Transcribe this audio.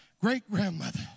great-grandmother